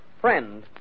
friend